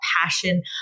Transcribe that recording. passion